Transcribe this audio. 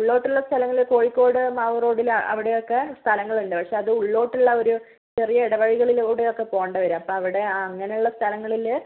ഉള്ളോട്ടുള്ള സ്ഥലങ്ങൾ കോഴിക്കോട് മാവൂർ റോഡിൽ അവിടെയൊക്കെ സ്ഥലങ്ങളുണ്ട് പക്ഷേ അത് ഉള്ളോട്ടുള്ള ഒരു ചെറിയ ഇടവഴികളിലൂടെയൊക്കെ പോവേണ്ടി വരും അപ്പം അവിടെ അങ്ങനെയുള്ള സ്ഥലങ്ങളിൽ